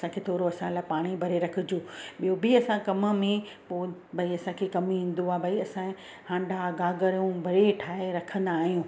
असांखे थोरो असां लाइ पाणी भरे रखिजो ॿियों बि असां कमु में पोइ भई असांखे कमु ईंदो आहे भई असांजे हांडा घाघरियूं भरे ठाहे रखंदा आहियूं